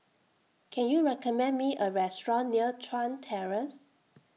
Can YOU recommend Me A Restaurant near Chuan Terrace